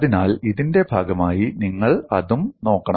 അതിനാൽ ഇതിന്റെ ഭാഗമായി നിങ്ങൾ അതും നോക്കണം